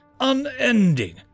unending